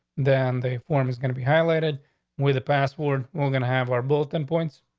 then the form is going to be highlighted with the password. we're gonna have our both in points.